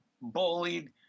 bullied